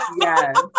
Yes